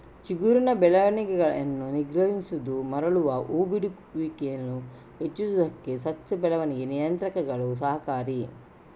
ಚಿಗುರಿನ ಬೆಳವಣಿಗೆಯನ್ನು ನಿಗ್ರಹಿಸುವುದು ಮರಳುವ ಹೂ ಬಿಡುವಿಕೆಯನ್ನು ಹೆಚ್ಚಿಸುವುದಕ್ಕೆ ಸಸ್ಯ ಬೆಳವಣಿಗೆ ನಿಯಂತ್ರಕಗಳು ಸಹಕಾರಿ